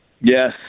Yes